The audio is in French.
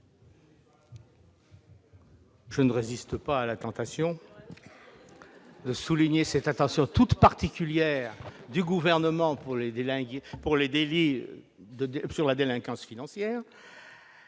Je ne résiste pas à la tentation de souligner cette attention toute particulière du Gouvernement pour la délinquance financière.